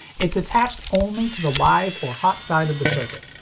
it's attached only to the live or hot side of the circuit.